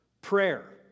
prayer